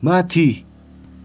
माथि